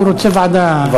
הוא רוצה ועדה,